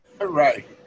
Right